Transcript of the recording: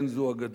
אין זו אגדה.